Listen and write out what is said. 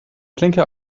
blinker